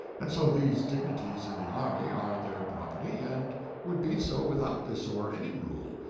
and so these dignities in the army are their property and would be so without this or any rule.